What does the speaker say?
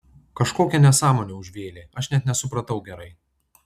kažkokią nesąmonę užvėlė aš net nesupratau gerai